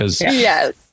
Yes